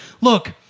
look